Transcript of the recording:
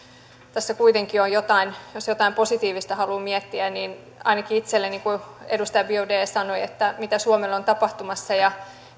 tässä kuitenkin jotain positiivista haluaa miettiä niin sellaista ainakin itselleni oli kun edustaja biaudet kysyi mitä suomelle on tapahtumassa ja